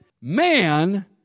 Man